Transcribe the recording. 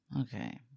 Okay